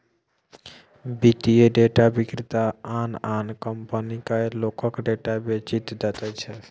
वित्तीय डेटा विक्रेता आन आन कंपनीकेँ लोकक डेटा बेचि दैत छै